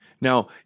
Now